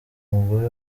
umugore